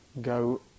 go